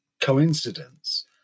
coincidence